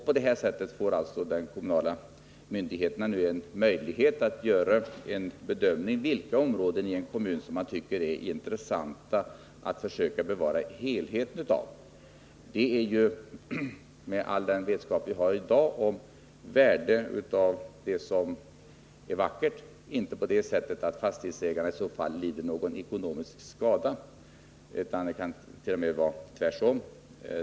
På detta sätt får alltså de kommunala myndigheterna en möjlighet att bedöma vilka områden som är så intressanta att man bör försöka bevara helheten. Med tanke på all uppskattning i dag av vad som är vackert kommer inte fastighetsägarna att lida någon skada. Det kan bli raka motsatsen.